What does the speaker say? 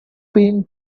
been